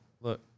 look